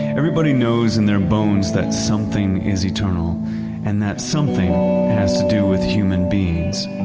everybody knows in their bones that something is eternal and that something has to do with human beings.